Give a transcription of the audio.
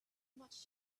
much